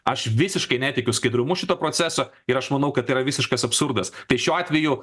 aš visiškai netikiu skaidrumu šito proceso ir aš manau kad tai yra visiškas absurdas tai šiuo atveju